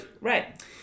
Right